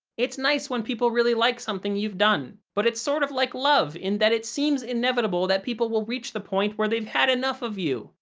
it's nice when people really like something you've done, but it's sort of like love, in that it seems inevitable that people reach the point where they've had enough of you.